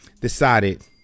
Decided